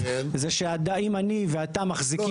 זה שאם אני ואתה מחזיקים דירה --- לא,